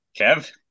kev